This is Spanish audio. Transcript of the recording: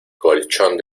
colchón